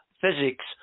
physics